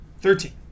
Thirteen